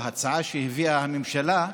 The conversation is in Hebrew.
בהצעה שהביאה הממשלה,